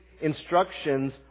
instructions